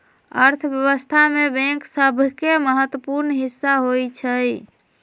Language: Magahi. अर्थव्यवस्था में बैंक सभके महत्वपूर्ण हिस्सा होइ छइ